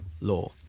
law